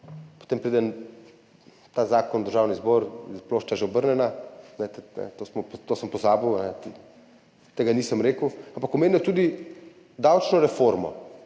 potem pride ta zakon v Državni zbor, je plošča že obrnjena, to sem pozabil, tega nisem rekel, ampak omenil je tudi davčno reformo.